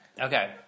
Okay